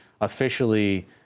officially